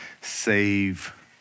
save